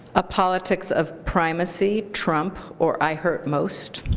a politics of primacy, trump, or i hurt most,